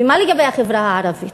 ומה לגבי החברה הערבית?